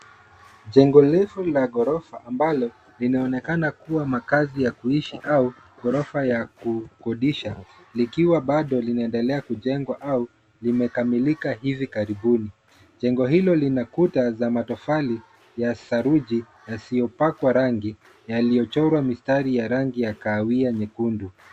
Jengo refu la ghorofa ambalo linaonekana kuwa makazi ya kuishi au ghorofa ya kukodisha likiwa bado linaendelea kujengwa au limekamilika hivi karibuni. Jengo hilo linakuta za matofali ya saruji yasiyopakwa rangi yaliyochorwa mistari ya rangi ya kahawia nyekundu.